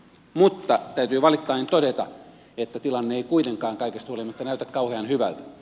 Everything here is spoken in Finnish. mutta täytyy valittaen todeta että tilanne ei kuitenkaan kaikesta huolimatta näytä kauhean hyvältä